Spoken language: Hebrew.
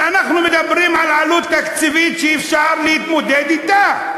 ואנחנו מדברים על עלות תקציבית שאפשר להתמודד אתה.